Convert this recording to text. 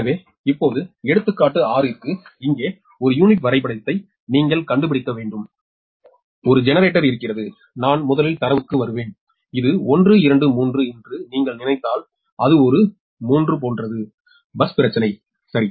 எனவே இப்போது எடுத்துக்காட்டு 6 க்கு இங்கே ஒரு யூனிட் வரைபடத்தையும் நீங்கள் கண்டுபிடிக்க வேண்டும் 1 ஜெனரேட்டர் இருக்கிறது நான் முதலில் தரவுக்கு வருவேன் இது 1 2 3 என்று நீங்கள் நினைத்தால் அது ஒரு 3 போன்றது பஸ் பிரச்சினை சரி